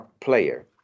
player